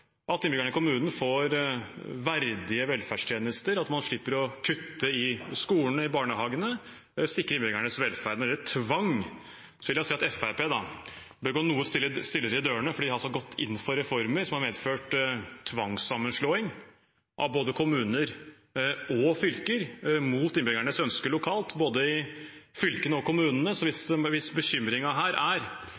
at innbyggerne i kommunen får verdige velferdstjenester, at man slipper å kutte i skolene eller barnehagene og sikrer innbyggernes velferd. Når det gjelder tvang, vil jeg si at Fremskrittspartiet bør gå noe stillere i dørene, for de har altså gått inn for reformer som har medført tvangssammenslåing av både kommuner og fylker mot innbyggernes ønske lokalt, både i fylkene og kommunene. Så hvis